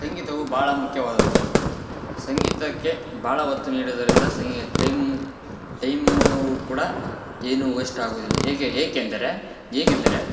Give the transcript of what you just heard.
ಸಂಗೀತವು ಭಾಳ ಮುಖ್ಯವಾದದ್ದು ಸಂಗೀತಕ್ಕೆ ಭಾಳ ಒತ್ತು ನೀಡುವುದರಿಂದ ಸಂಗೀ ಟೈಮ್ ಟೈಮು ಕೂಡ ಏನು ವೆಸ್ಟ್ ಆಗುದಿಲ್ಲ ಹೇಗೆ ಏಕೆಂದರೆ ಹೇಗೆಂದರೆ